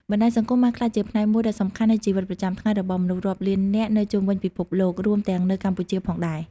បណ្តាញសង្គមបានក្លាយជាផ្នែកមួយដ៏សំខាន់នៃជីវិតប្រចាំថ្ងៃរបស់មនុស្សរាប់លាននាក់នៅជុំវិញពិភពលោក រួមទាំងនៅកម្ពុជាផងដែរ។